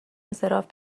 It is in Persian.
انصراف